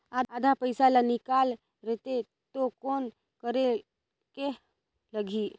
आधा पइसा ला निकाल रतें तो कौन करेके लगही?